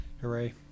Hooray